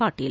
Patil